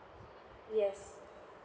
yes